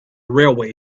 railway